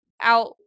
out